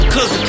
Cause